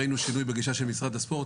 ראינו שינוי בגישה של משרד הספורט,